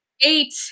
Eight